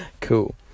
Cool